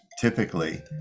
typically